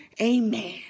Amen